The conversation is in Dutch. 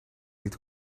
niet